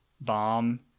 bomb